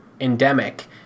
endemic